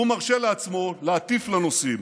הוא מרשה לעצמו להטיף לנוסעים.